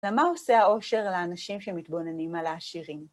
מה עושה העושר לאנשים שמתבוננים על העשירים?